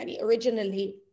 originally